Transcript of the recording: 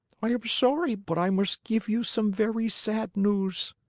i am sorry, but i must give you some very sad news.